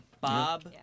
Bob